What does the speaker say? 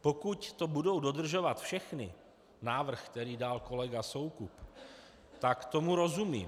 Pokud to budou dodržovat všechny, návrh, který dal kolega Soukup, tak tomu rozumím.